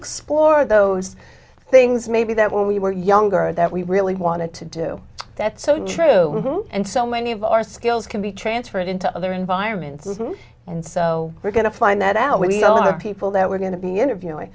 explore those things maybe that when we were younger that we really wanted to do that so true and so many of our skills can be transferred into other environments isn't and so we're going to find that out with people that we're going to be interviewing